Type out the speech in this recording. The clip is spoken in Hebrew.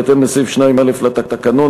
בהתאם לסעיף 2(א) לתקנון,